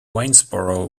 waynesboro